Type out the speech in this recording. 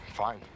Fine